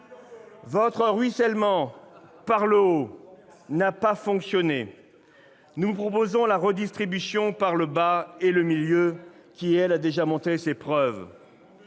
Votre ruissellement par le haut n'a pas fonctionné. Nous proposons la redistribution par le bas et le milieu, qui, elle, a déjà fait ses preuves.